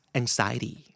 anxiety